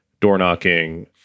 door-knocking